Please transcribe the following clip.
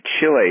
Chile